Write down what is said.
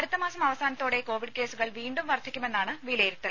അടുത്ത മാസം അവസാനത്തോടെ കോവിഡ് കേസുകൾ വീണ്ടും വർദ്ധിക്കുമെന്നാണ് വിലയിരുത്തൽ